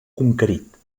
conquerit